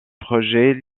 projets